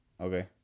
Okay